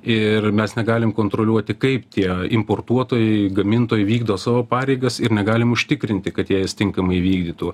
ir mes negalim kontroliuoti kaip tie importuotojai gamintojai vykdo savo pareigas ir negalim užtikrinti kad jie jas tinkamai vykdytų